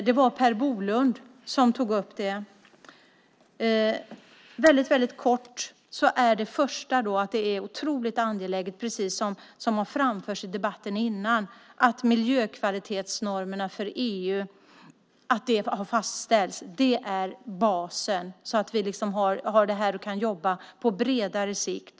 Det var Per Bolund som tog upp de frågorna. Det är otroligt angeläget, precis som har framförts i debatten innan, att miljökvalitetsnormerna för EU har fastställts. Det är basen. Vi kan jobba på bredare sikt.